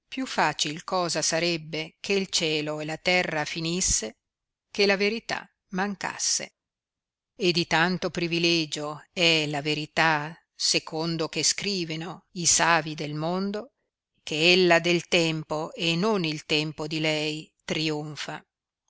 più facil cosa sarebbe che cielo e la terra finisse che la verità mancasse e di tanto privilegio è la verità secondo che scriveno i savi del mondo che ella del tempo e non il tempo di lei trionfa